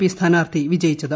P സ്ഥാനാർത്ഥി വിജയിച്ചത്